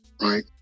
right